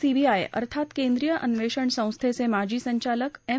CBI अर्थात केंद्रीय अन्वेषण संस्थेचे माजी संचालक एम